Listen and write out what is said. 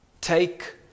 take